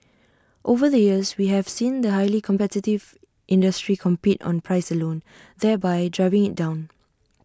over the years we have seen the highly competitive industry compete on price alone thereby driving IT down